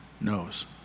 knows